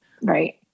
right